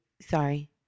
sorry